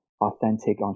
authentic